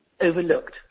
overlooked